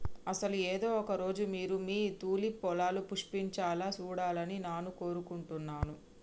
అసలు ఏదో ఒక రోజు మీరు మీ తూలిప్ పొలాలు పుష్పించాలా సూడాలని నాను కోరుకుంటున్నాను